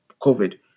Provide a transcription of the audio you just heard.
COVID